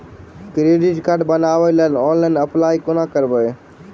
Credit card बनाबै लेल online apply कोना करबै?